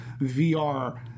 VR